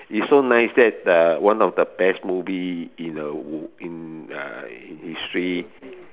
it's so nice that uh one of the best movie in uh in uh history